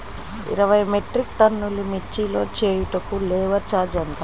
ఇరవై మెట్రిక్ టన్నులు మిర్చి లోడ్ చేయుటకు లేబర్ ఛార్జ్ ఎంత?